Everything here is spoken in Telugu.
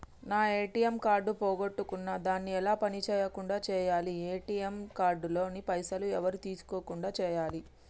నా ఏ.టి.ఎమ్ కార్డు పోగొట్టుకున్నా దాన్ని ఎలా పని చేయకుండా చేయాలి ఏ.టి.ఎమ్ కార్డు లోని పైసలు ఎవరు తీసుకోకుండా చేయాలి?